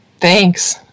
thanks